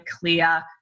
clear